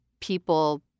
people